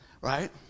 Right